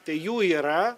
tai jų yra